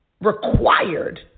required